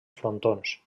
frontons